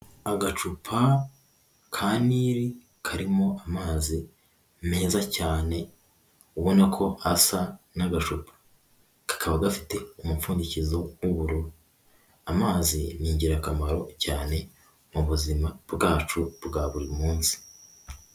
Agacupa ka nili karimo amazi meza cyane, ubona ko asa n'agacupa, kakaba gafite umupfundikizo w'ubururu, amazi ni ingirakamaro cyane, mu buzima bwacu bwa burimunsi.